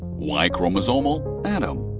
like y-chromosomal adam.